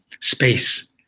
space